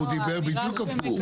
הוא דיבר בדיוק הפוך.